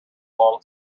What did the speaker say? long